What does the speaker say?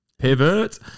pivot